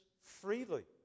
freely